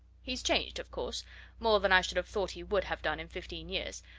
he's changed, of course more than i should have thought he would have done in fifteen years,